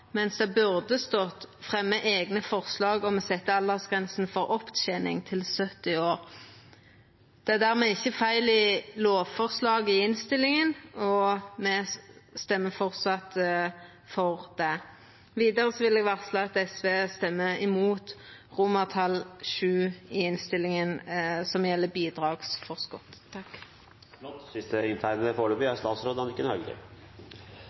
mens det burde stått at me fremjar eigne forslag om å setja aldersgrensa for opptening til 70 år. Men det er ikkje feil i lovforslaget i innstillinga, og me stemmer framleis for det. Vidare vil eg varsla at SV stemmer imot VII i innstillinga, som gjeld